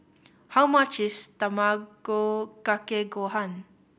how much is Tamago Kake Gohan